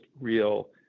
real